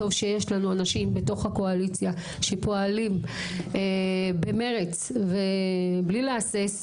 טוב שיש לנו אנשים בתוך הקואליציה שפועלים במרץ ובלי להסס,